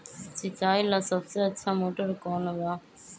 सिंचाई ला सबसे अच्छा मोटर कौन बा?